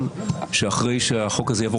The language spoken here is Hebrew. הנוסח המוצע,